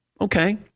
Okay